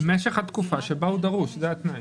למשך התקופה שבה הוא דרוש, זה התנאי.